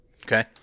Okay